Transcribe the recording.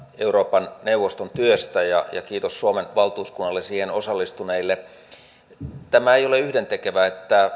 euroopan neuvoston työstä ja ja kiitos suomen valtuuskunnalle ja siihen osallistuneille ei ole yhdentekevää